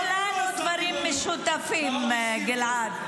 אין לנו דברים משותפים, גלעד.